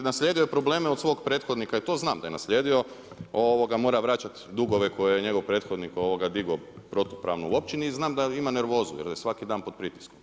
I naslijedio je probleme od svog prethodnika i to znam da je naslijedio, mora vraćati dugove koje je njegov prethodnik digo protupravno u općini i znam da ima nervozu jer je svaki dan pod pritiskom.